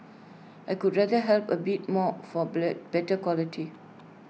I would rather have A bit more for better quality